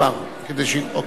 בבקשה.